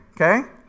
okay